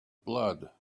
blood